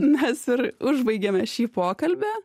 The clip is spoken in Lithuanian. mes ir užbaigėme šį pokalbį